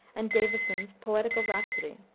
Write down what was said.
and davison's poetical rhapsody.